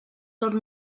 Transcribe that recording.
són